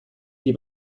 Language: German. die